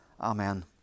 Amen